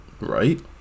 Right